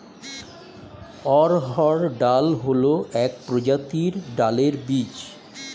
অড়হর ডাল হল এক প্রজাতির ডালের বীজ